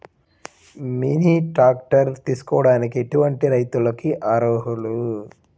Mini tractor తీసుకోవడానికి ఎటువంటి రైతులకి అర్హులు?